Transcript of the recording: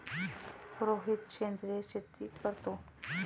रोहित सेंद्रिय शेती करतो